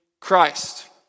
Christ